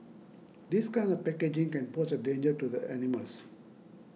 this kind of packaging can pose a danger to the animals